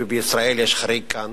ובישראל יש חריג כאן,